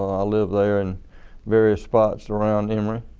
i lived there in various spots around emory.